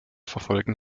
verfolgen